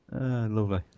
lovely